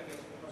סעיפים 1